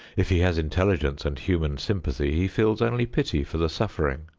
if he has intelligence and human sympathy, he feels only pity for the suffering.